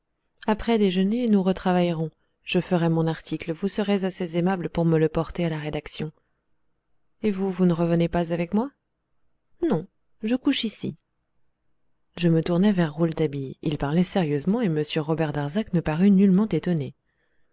après déjeuner nous retravaillerons je ferai mon article vous serez assez aimable pour me le porter à la rédaction et vous vous ne revenez pas avec moi non je couche ici je me retournai vers rouletabille il parlait sérieusement et m robert darzac ne parut nullement étonné